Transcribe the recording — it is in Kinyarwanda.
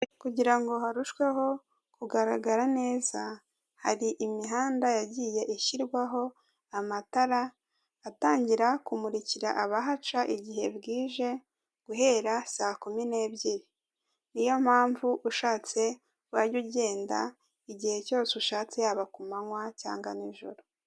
Kugira ngo harushweho kugaragara neza, hari imihanda yagiye ishyirwaho, amatara atangira kumurikira abahaca igihe bwije guhera saa kumi n'ebyiri. Niyo mpamvu ushatse wajya ugenda igihe cyose ushatse, yaba ku manywa cyangwa nijoro.